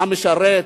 המשרת,